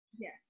Yes